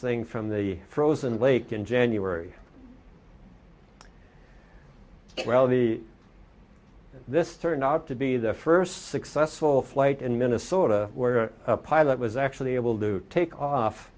thing from the frozen lake in january well the this turned out to be the first successful flight in minnesota where a pilot was actually able to take off